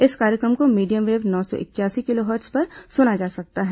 इस कार्यक्रम को मीडियम वेव नौ सौ इकयासी किलोहर्ट्ज पर सुना जा सकता है